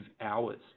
hours